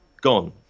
gone